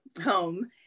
home